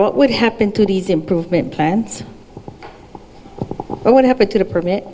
what would happen to these improvement plans and what happened to the permit